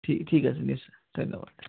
ঠিক ঠিক আছে ঠিক আছে ধন্যবাদ